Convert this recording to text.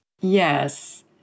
Yes